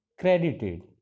credited